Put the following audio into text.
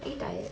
are you tired